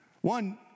One